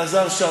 אלעזר שטרן.